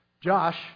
Josh